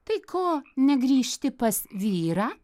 tai ko negrįžti pas vyrą